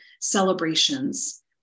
celebrations